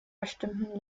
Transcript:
bestimmten